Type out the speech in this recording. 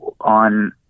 on